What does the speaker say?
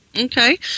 Okay